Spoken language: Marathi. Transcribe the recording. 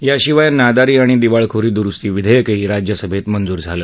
याशिवाय नादारी आणि दिवाळखोरी दुरुस्ती विधेयकही राज्यसभेत मंजूर झालं